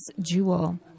jewel